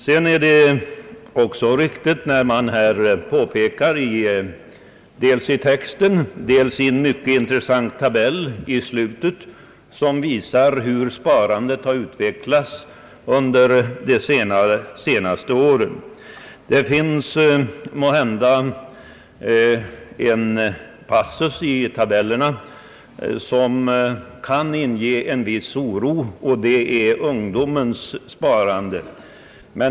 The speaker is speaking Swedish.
Det är också riktigt vad som påpekas dels i texten, dels i mycket intressanta tabeller i slutet av betänkandet, vilka visar hur sparandet har utvecklats under de senaste åren. Det finns måhända en tabell som kan inge en viss oro, nämligen den som behandlar ungdomens lönsparande.